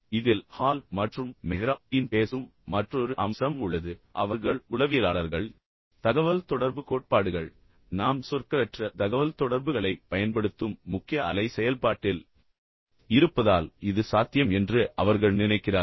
இதில் ஹால் மற்றும் Mehrabian பேசும் மற்றொரு அம்சம் உள்ளது அவர்கள் உளவியலாளர்கள் மற்றும் தகவல்தொடர்பு கோட்பாடுகள் நாம் சொற்களற்ற தகவல்தொடர்புகளைப் பயன்படுத்தும் முக்கிய அலை செயல்பாட்டில் இருப்பதால் இது சாத்தியம் என்று அவர்கள் நினைக்கிறார்கள்